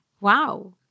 Wow